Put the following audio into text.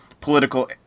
political